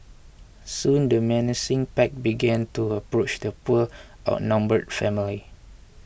soon the menacing pack began to approach the poor outnumbered family